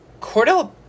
Cordell